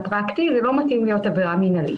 פרקטי ולא מתאים להיות עבירה מינהלית.